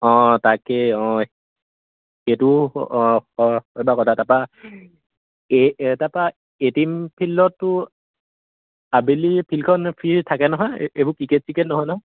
অঁ তাকেই অঁ এইটো তাৰপৰা তাৰপৰা এ টিম ফিল্ডতো আবেলি ফিল্ডখন ফ্ৰী থাকে নহয় এইবোৰ ক্ৰিকেট চিকেট নহয় ন